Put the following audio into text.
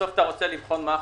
בסוף אתה רוצה לבחון מה החשיפה.